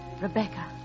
Rebecca